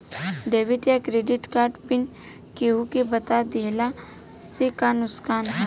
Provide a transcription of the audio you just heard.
Debit या credit card PIN केहूके बता दिहला से का नुकसान ह?